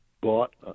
Bought